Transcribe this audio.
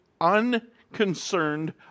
unconcerned